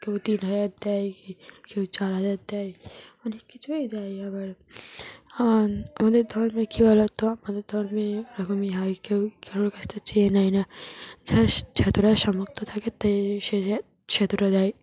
কেউ তিন হাজার দেয় কি কেউ চার হাজার দেয় অনেক কিছুই দেয় আবার আমাদের ধর্মে কী বলো তো আমাদের ধর্মে এরকমই হয় কেউ কারোর কাছ থেকে চেয়ে নেয় না যার যতটা সামর্থ্য থাকে তেই সে ততটা দেয়